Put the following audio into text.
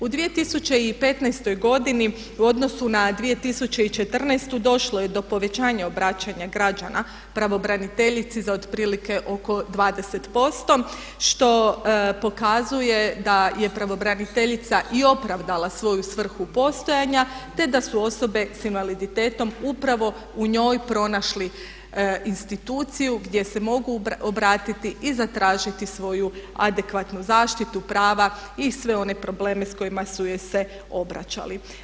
U 2015. godini u odnosu na 2014. došlo je do povećanja obraćanja građana pravobraniteljici za otprilike oko 20%, što pokazuje da je pravobraniteljica i opravdala svoju svrhu postojanja te da su osobe s invaliditetom upravo u njoj pronašli instituciju gdje se mogu obratiti i zatražiti svoju adekvatnu zaštitu prava i sve one probleme s kojima su joj se obraćali.